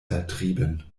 vertrieben